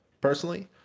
personally